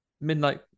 Midnight